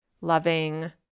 loving